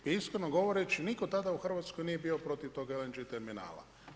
I iskreno govoreći nitko tada u Hrvatskoj nije bio protiv tog Lng Terminala.